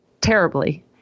terribly